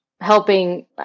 helping